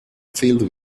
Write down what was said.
filled